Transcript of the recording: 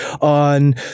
on